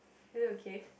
are you okay